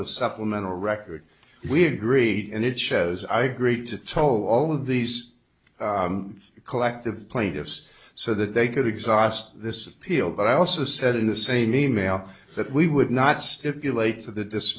the supplemental record we agreed and it shows i agreed to tow all of these collective plaintiffs so that they could exhaust this appeal but i also said in the same e mail that we would not stipulate